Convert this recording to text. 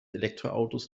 elektroautos